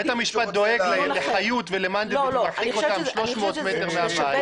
בית המשפט דואג לחיות ולמנדלבליט ומרחיק את המפגינים 300 מטרים מהבית.